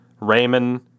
Raymond